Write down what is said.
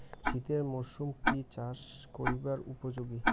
শীতের মরসুম কি চাষ করিবার উপযোগী?